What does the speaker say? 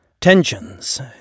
Tensions